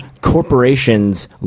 corporations